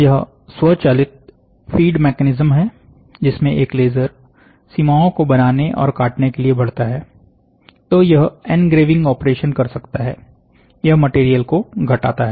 यह स्वचालित feed mechanism है जिसमें एक लेजर सीमाओं को बनाने और काटने के लिए बढ़ता है तो यह एनग्रेविंग ऑपरेशन कर सकता है यह मटेरियल को घटाता है